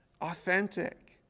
authentic